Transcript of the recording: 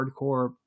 hardcore